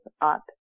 up